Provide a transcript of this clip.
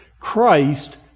Christ